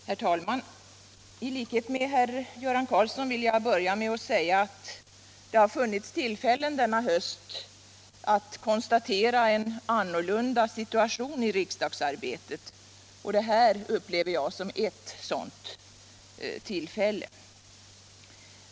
Herr talman! I likhet med Göran Karlsson vill jag börja med att säga att det denna höst har funnits tillfällen att konstatera en annorlunda situation i riksdagsarbetet, och denna debatt upplever jag som ett sådant tillfälle.